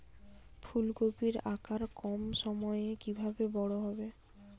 ফুলকপির আকার কম সময়ে কিভাবে বড় হবে?